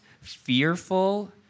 fearful